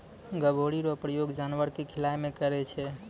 गभोरी रो प्रयोग जानवर के खिलाय मे करै छै